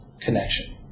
connection